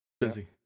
Busy